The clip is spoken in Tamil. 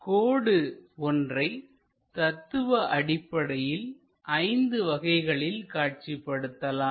கோடு ஒன்றை தத்துவ அடிப்படையில் ஐந்து வகைகளில் காட்சிப்படுத்தலாம்